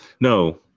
No